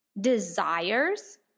desires